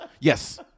Yes